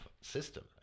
system